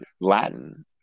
Latin